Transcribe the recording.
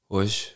Hoje